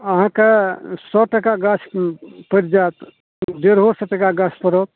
अहाँकेँ सओ टका गाछ पड़ि जाएत डेढ़ो सओ टका गाछ पड़त